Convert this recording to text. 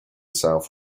south